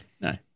no